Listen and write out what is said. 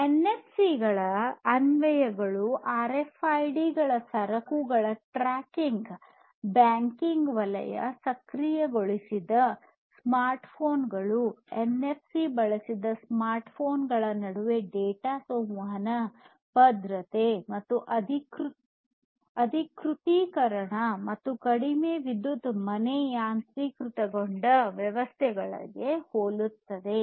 ಎನ್ಎಫ್ಸಿಗಳ ಅನ್ವಯಗಳು ಆರ್ಎಫ್ಐಡಿಗಳ ಸರಕುಗಳ ಟ್ರ್ಯಾಕಿಂಗ್ ಬ್ಯಾಂಕಿಂಗ್ ವಲಯ ಸಕ್ರಿಯಗೊಳಿಸಿದ ಸ್ಮಾರ್ಟ್ಫೋನ್ಗಳು ಎನ್ಎಫ್ಸಿ ಬಳಸುವ ಸ್ಮಾರ್ಟ್ಫೋನ್ಗಳ ನಡುವೆ ಡೇಟಾ ಸಂವಹನ ಭದ್ರತೆ ಮತ್ತು ಅಧಿಕೃತಿಕರಣ ಮತ್ತು ಕಡಿಮೆ ವಿದ್ಯುತ್ ಮನೆ ಯಾಂತ್ರೀಕೃತಗೊಂಡ ವ್ಯವಸ್ಥೆಗಳಿಗೆ ಹೋಲುತ್ತವೆ